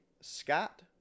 Scott